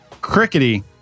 Crickety